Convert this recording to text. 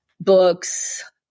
books